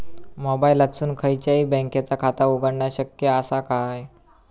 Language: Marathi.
मोबाईलातसून खयच्याई बँकेचा खाता उघडणा शक्य असा काय?